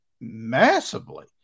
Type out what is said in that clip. massively